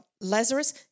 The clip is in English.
Lazarus